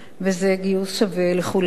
וזה גיוס שווה לכולם.